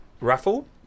raffle